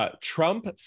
Trump